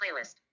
playlist